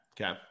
Okay